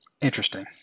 Interesting